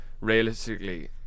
realistically